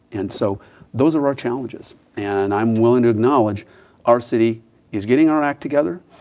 and so those are our challenges. and i am willing to acknowledge our city is getting our act together.